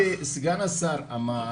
סגן השר אמר